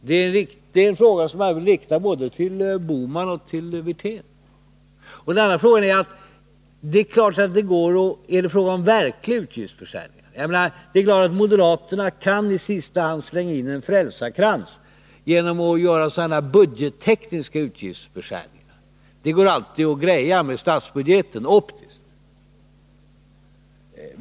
Det är en fråga som jag vill rikta både till herr Bohman och till herr Wirtén. Det är klart att moderaterna i sista stund kan slänga in en frälsarkrans genom att göra budgettekniska utgiftsbeskärningar. Det går alltid att optiskt greja med statsbudgeten.